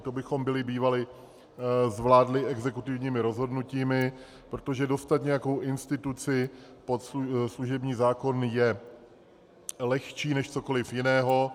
To bychom byli bývali zvládli exekutivními rozhodnutími, protože dostat nějakou instituci pod služební zákon je lehčí než cokoliv jiného.